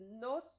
no